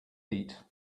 eat